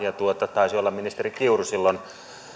taisi olla ministeri kiuru silloin